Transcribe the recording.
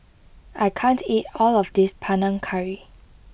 I can't eat all of this Panang Curry